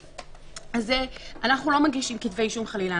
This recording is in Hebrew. אנחנו לא מגישים כתבי אישום חלילה.